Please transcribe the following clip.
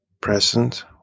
Present